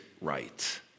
right